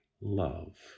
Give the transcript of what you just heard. love